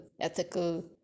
ethical